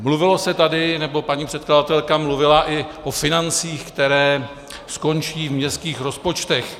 Mluvilo se tady, nebo paní předkladatelka mluvila i o financích, které skončí v městských rozpočtech.